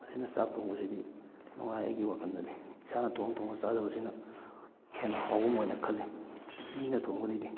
ꯃꯁꯤꯅ ꯆꯥꯛ ꯊꯣꯡꯕꯁꯤꯗꯤ ꯅꯨꯡꯉꯥꯏ ꯑꯩꯒꯤ ꯋꯥꯈꯜꯗꯗꯤ ꯏꯁꯥꯅ ꯊꯣꯡ ꯊꯣꯡꯉꯒ ꯆꯥꯖꯕꯁꯤꯅ ꯍꯦꯟꯅ ꯍꯥꯎꯒꯨꯝ ꯑꯣꯏꯅ ꯈꯜꯂꯤ ꯃꯤꯅ ꯊꯣꯡꯕꯗꯩꯗꯤ